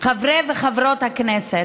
חברי וחברות הכנסת,